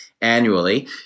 annually